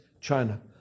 China